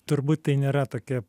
turbūt tai nėra tokia